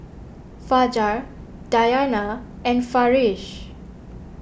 Fajar Dayana and Farish